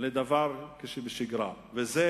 בזה לדבר שבשגרה, וזה